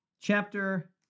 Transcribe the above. Chapter